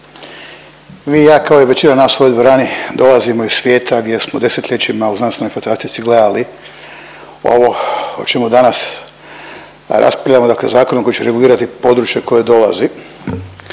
Vi i ja kao i većina nas u ovoj dvorani dolazimo iz svijeta gdje smo desetljećima u znanstvenoj fantastici gledali ovo o čemu danas raspravljamo, dakle zakon koji će regulirati područje koje dolazi.